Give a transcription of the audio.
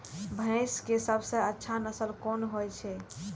भैंस के सबसे अच्छा नस्ल कोन होय छे?